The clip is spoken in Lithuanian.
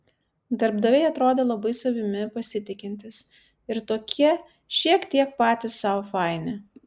darbdaviai atrodė labai savimi pasitikintys ir tokie šiek tiek patys sau faini